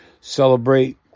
Celebrate